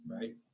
right